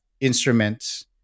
instruments